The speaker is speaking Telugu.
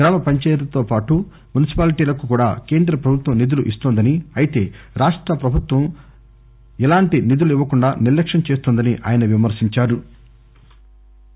గ్రామ పంచాయతీలతో పాటు మున్సిపాలిటీలకు కూడా కేంద్ర ప్రభుత్వం నిధులు ఇన్తోందని అయితే రాష్ట ప్రభుత్వం ఎలాంటి నిధులు ఇవ్వకుండా నిర్లక్ష్యం చేస్తోందని ఆయన అన్నా రు